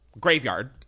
graveyard